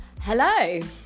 Hello